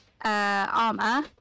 armor